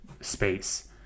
space